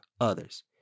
others